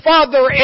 Father